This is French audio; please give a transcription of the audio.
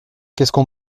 qu’on